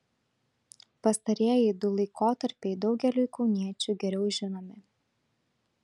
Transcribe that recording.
pastarieji du laikotarpiai daugeliui kauniečių geriau žinomi